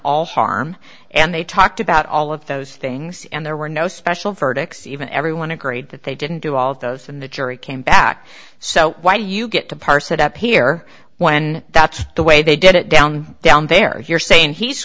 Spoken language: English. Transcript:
all harm and they talked about all of those things and there were no special verdicts even everyone agreed that they didn't do all of those and the jury came back so why do you get to parse it up here when that's the way they did it down down there you're saying he's